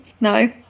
no